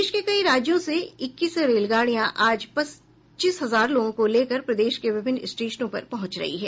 देश के कई राज्यों से इक्कीस श्रमिक स्पेशल रेलगाडियां आज पच्चीस हजार लोगों को लेकर प्रदेश के विभिन्न स्टेशनों पर पहुंच रही हैं